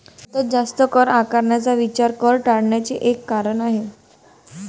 सतत जास्त कर आकारण्याचा विचार कर टाळण्याचे एक कारण आहे